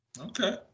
Okay